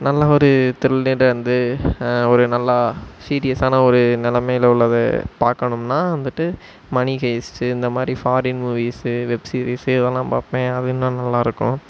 நல்லா ஒரு திரில்லியண்ட்டா வந்து ஒரு நல்லா சீரியஸான ஒரு நிலமையில உள்ளதை பார்க்கணும்னா வந்துவிட்டு மனி ஹெய்ஸ்ட்டு இந்த மாதிரி ஃபாரின் மூவீஸு வெப் சீரிஸு இதெல்லாம் பார்ப்பேன் அது இன்னும் நல்லாயிருக்கும்